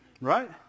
Right